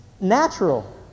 natural